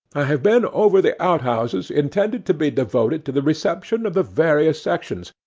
i have been over the outhouses intended to be devoted to the reception of the various sections,